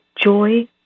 Joy